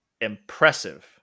impressive